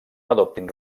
adopten